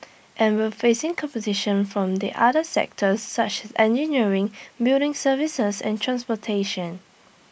and we're facing competition from the other sectors such as engineering building services and transportation